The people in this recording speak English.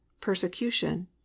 persecution